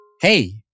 Hey